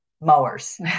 mowers